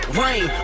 rain